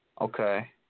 Okay